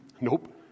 Nope